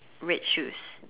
red shoes